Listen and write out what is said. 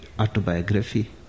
autobiography